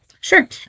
Sure